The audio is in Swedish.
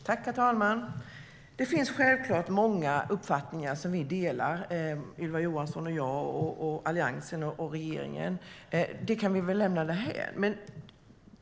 Herr talman! Det finns självklart många uppfattningar som vi delar, Ylva Johansson och jag, Alliansen och regeringen, men det kan vi lämna därhän.